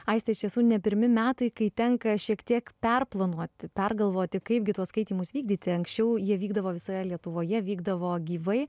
aiste iš tiesų ne pirmi metai kai tenka šiek tiek perplanuoti pergalvoti kaipgi tuos skaitymus vykdyti anksčiau jie vykdavo visoje lietuvoje vykdavo gyvai